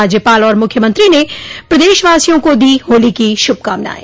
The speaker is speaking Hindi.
राज्यपाल और मुख्यमंत्री ने प्रदेशवासियों को दी होली की श्रभकामनायें